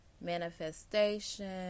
manifestation